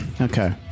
Okay